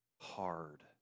hard